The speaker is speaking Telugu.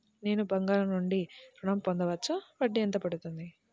నేను బంగారం నుండి ఋణం పొందవచ్చా? వడ్డీ ఎంత పడుతుంది?